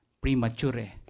Premature